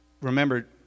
remember